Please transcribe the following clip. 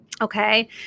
Okay